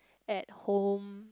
at home